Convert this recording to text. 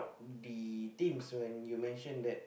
the teams when you mention that